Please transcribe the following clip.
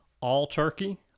all-turkey